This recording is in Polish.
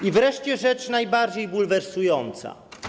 I wreszcie rzecz najbardziej bulwersująca.